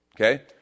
Okay